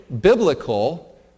biblical